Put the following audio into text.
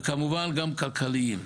וכמובן גם כלכליים.